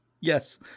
Yes